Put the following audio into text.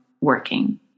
working